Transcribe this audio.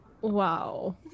Wow